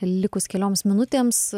likus kelioms minutėms